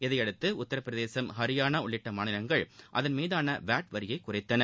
இதை அடுத்து உத்திரபிரதேசம் ஹரியானா உள்ளிட்ட மாநிலங்கள் அதன் மீதான வாட் வரியை குறைத்தன